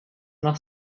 nach